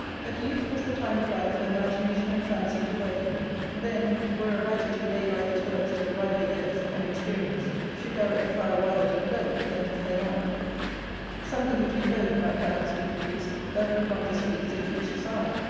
that youth was the time of life for imagination and fancy to work in then, were a writer to lay by his works till riper years and experience should direct the fire rather to glow, than to flame out something between both might perhaps be produced that would not displease a judicious eye.